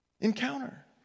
Encounter